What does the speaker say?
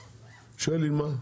שלי, מה?